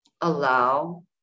allow